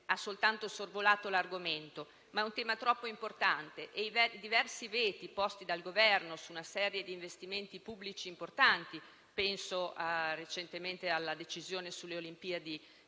ha soltanto sorvolato sull'argomento, ma il tema è troppo importante e i diversi veti posti dal Governo su una serie di investimenti pubblici importanti - penso alla recente decisione sulle Olimpiadi invernali,